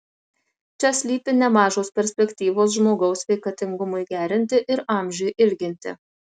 čia slypi nemažos perspektyvos žmogaus sveikatingumui gerinti ir amžiui ilginti